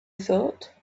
thought